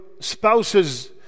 spouses